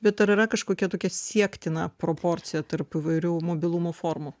bet ar yra kažkokia tokia siektina proporcija tarp įvairių mobilumo formų